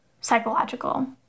psychological